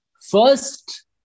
First